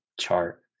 chart